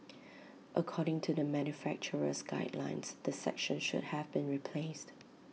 according to the manufacturer's guidelines the section should have been replaced